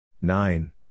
Nine